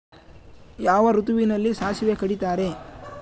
ಯಾವ ಋತುವಿನಲ್ಲಿ ಸಾಸಿವೆ ಕಡಿತಾರೆ?